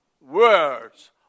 words